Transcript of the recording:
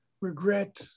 regret